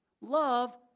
Love